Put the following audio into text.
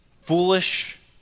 foolish